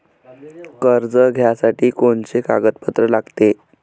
कर्ज घ्यासाठी कोनचे कागदपत्र लागते?